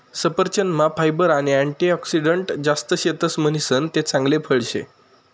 सफरचंदमा फायबर आणि अँटीऑक्सिडंटस जास्त शेतस म्हणीसन ते चांगल फळ शे